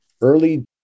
early